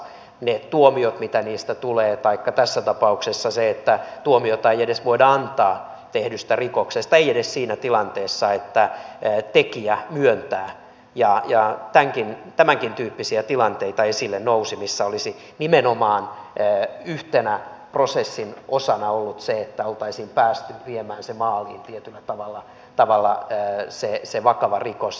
ne tuomiot mitä niistä tulee taikka tässä tapauksessa se että tuomiota ei edes voida antaa tehdystä rikoksesta ei edes siinä tilanteessa että tekijä myöntää ja tämänkin tyyppisiä tilanteita esille nousi missä olisi nimenomaan yhtenä prosessin osana ollut se että olisi päästy viemään maaliin tietyllä tavalla se vakava rikos